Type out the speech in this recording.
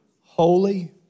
holy